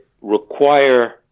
require